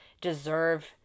deserve